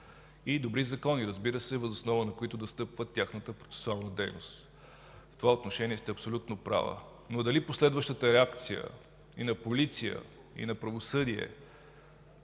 добри закони, въз основа на които да стъпва тяхната процесуална дейност. В това отношение сте абсолютно права. Но дали последващата реакция и на полиция, и на правосъдие